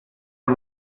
der